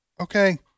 Okay